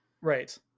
Right